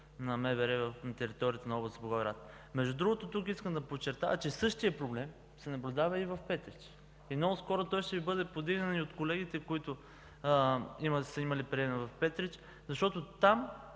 на МВР на територията на област Благоевград. Между другото, тук искам да подчертая, че същият проблем се наблюдава и в Петрич. Много скоро той ще Ви бъде поставен и от колегите, които са имали приемни в Петрич, защото там